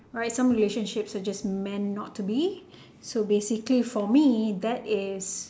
right some relationships are just meant not to be so basically for me that is